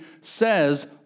says